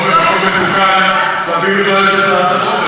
המדינה ועיריית תל-אביב והמינהל עברו על החוק.